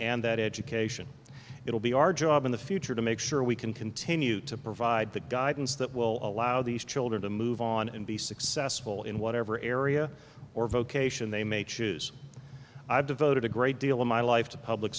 and that education it will be our job in the future to make sure we can continue to provide the guidance that will allow these children to move on and be successful in whatever area or vocation they may choose i devoted a great deal of my life to public